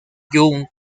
jun